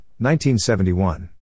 1971